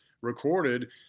recorded